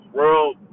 World